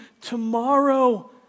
tomorrow